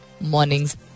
mornings